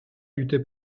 luttait